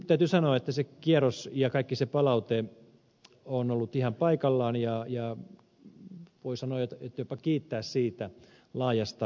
täytyy sanoa että se kierros ja kaikki se palaute on ollut ihan paikallaan ja voi jopa kiittää siitä laajasta aktiivisuudesta tältä osin